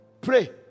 Pray